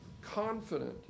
confident